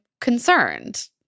concerned